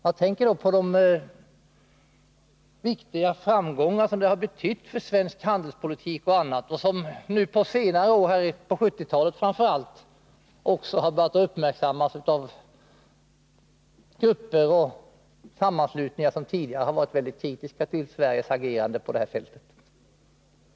Jag tänker då på de framgångar som den har medfört för bl.a. svensk handelspolitik och som på senare år — nu på 1970-talet framför allt — också har börjat uppmärksammas av grupper och sammanslutningar som tidigare varit starkt kritiska till Sveriges agerande på det här fältet.